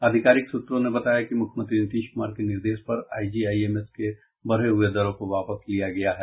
आधिकारिक सूत्रों ने बताया कि मुख्यमंत्री नीतीश कुमार के निर्देश पर आईजीआईएमएस के बढ़े हुए दरों को वापस ले लिया गया है